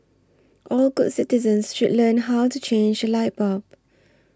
all good citizens should learn how to change a light bulb